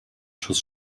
schuss